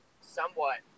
somewhat